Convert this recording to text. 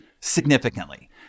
significantly